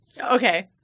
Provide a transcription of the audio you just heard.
Okay